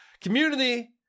community